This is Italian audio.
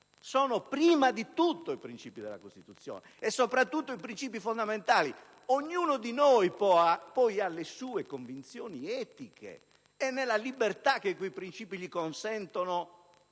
sono "prima" di tutto i princìpi della Costituzione, e mi riferisco soprattutto ai princìpi fondamentali. Ognuno di noi poi ha le sue convinzioni etiche e, nella libertà che quei princìpi gli consentono,